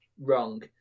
wrong